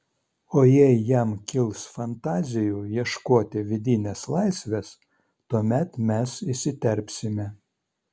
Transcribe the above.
o jei jam kils fantazijų ieškoti vidinės laisvės tuomet mes įsiterpsime